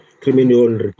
Criminal